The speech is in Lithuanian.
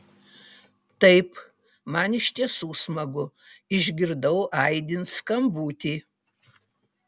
taip man iš tiesų smagu išgirdau aidint skambutį